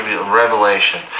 Revelation